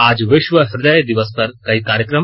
आज विश्व हृदय दिवस पर कई कार्यक्रम